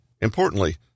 Importantly